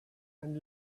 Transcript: and